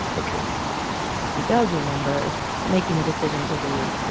ok he does remember that making the decision to leave.